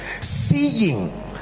Seeing